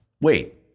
Wait